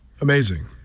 amazing